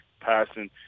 passing